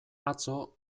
atzo